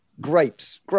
grapes